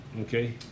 Okay